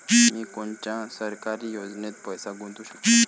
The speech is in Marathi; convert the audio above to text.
मी कोनच्या सरकारी योजनेत पैसा गुतवू शकतो?